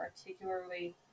particularly